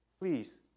please